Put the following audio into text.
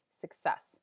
success